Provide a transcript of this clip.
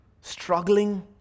struggling